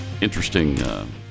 interesting